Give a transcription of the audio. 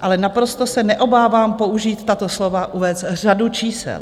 ale naprosto se neobávám použít tato slova uvést řadu čísel.